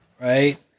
Right